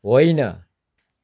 होइन